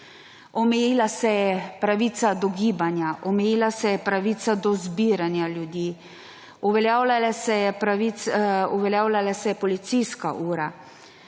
Omejila se je pravica do gibanja, omejila se je pravica do zbiranja ljudi. Uveljavljala se je policijska ura.